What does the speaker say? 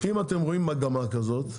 אם אתם רואים מגמה כזו,